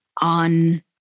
on